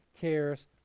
cares